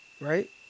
right